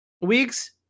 weeks